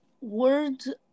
Words